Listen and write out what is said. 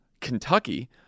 Kentucky